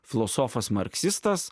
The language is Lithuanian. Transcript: filosofas marksistas